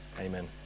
Amen